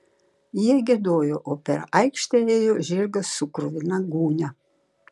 jie giedojo o per aikštę ėjo žirgas su kruvina gūnia